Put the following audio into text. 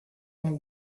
nel